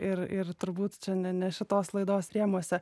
ir ir turbūt čia ne ne šitos laidos rėmuose